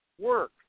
work